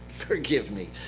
forgive me.